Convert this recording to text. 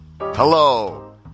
Hello